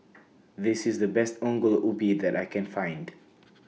This IS The Best Ongol Ubi that I Can Find